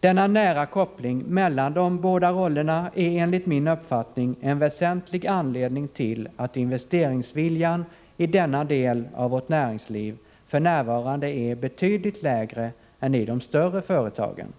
Denna nära koppling mellan de båda rollerna är enligt min uppfattning en väsentlig anledning till att investeringsviljan i denna del av vårt näringsliv f.n. är betydligt lägre än i de större företagen.